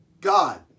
God